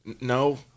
No